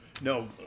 no